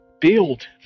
build